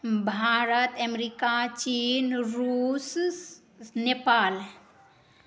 Bharat America चीन रूस नेपाल